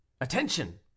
attention